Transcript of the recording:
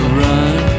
run